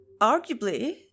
Arguably